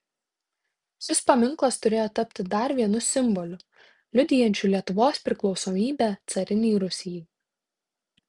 šis paminklas turėjo tapti dar vienu simboliu liudijančiu lietuvos priklausomybę carinei rusijai